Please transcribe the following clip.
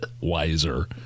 Wiser